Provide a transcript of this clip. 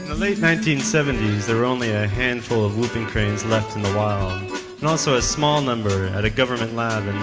late nineteen seventy s, there are only a handful of whooping cranes left in the wild and also a small number at a government lab in